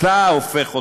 אתה הופך אותנו,